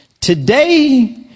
today